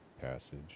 passage